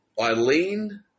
Eileen